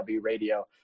radio